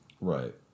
Right